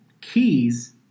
keys